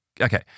Okay